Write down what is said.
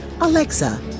Alexa